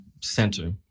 center